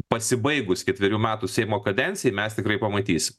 pasibaigus ketverių metų seimo kadencijai mes tikrai pamatysim